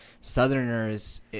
Southerners